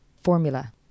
formula